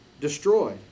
destroyed